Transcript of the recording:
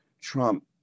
Trump